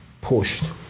pushed